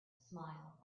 smiled